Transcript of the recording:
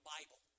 Bible